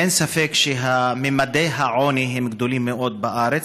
אין ספק שממדי העוני גדולים מאוד בארץ,